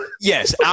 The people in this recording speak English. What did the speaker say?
yes